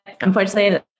unfortunately